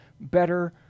better